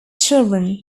children